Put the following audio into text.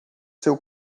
seu